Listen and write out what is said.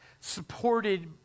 supported